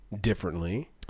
differently